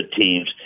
teams